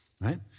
right